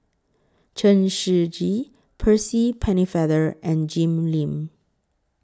Chen Shiji Percy Pennefather and Jim Lim